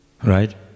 right